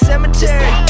Cemetery